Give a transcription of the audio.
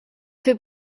fait